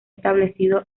establecido